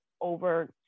over